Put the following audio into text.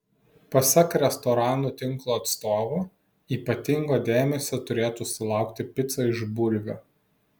pasak restoranų tinklo atstovų ypatingo dėmesio turėtų sulaukti pica iš bulvių